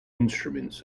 instruments